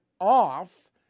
off